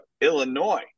Illinois